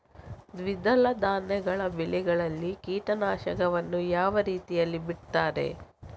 ದ್ವಿದಳ ಧಾನ್ಯಗಳ ಬೆಳೆಯಲ್ಲಿ ಕೀಟನಾಶಕವನ್ನು ಯಾವ ರೀತಿಯಲ್ಲಿ ಬಿಡ್ತಾರೆ?